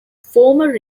former